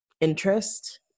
interest